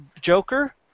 Joker